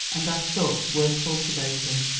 and as such worth cultivating.